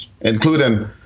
including